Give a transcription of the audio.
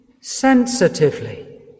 sensitively